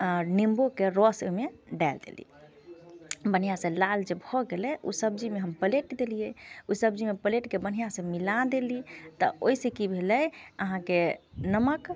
आँ निम्बूके रस ओहिमे दए देलियै बढ़िआँ से लाल जे भऽ गेलै ओ सब्जीमे हम पलटि देलियै ओहि सब्जीमे पलटिके बढ़िआँ से मिला देली तऽ ओहिसे की भेलै अहाँकेँ नमक